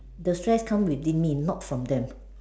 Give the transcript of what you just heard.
the stress come within me not from them